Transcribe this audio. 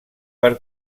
per